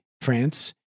France